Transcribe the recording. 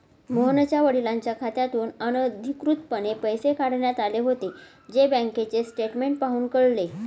मोहनच्या वडिलांच्या खात्यातून अनधिकृतपणे पैसे काढण्यात आले होते, जे बँकेचे स्टेटमेंट पाहून कळले